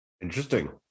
interesting